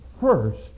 first